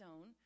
own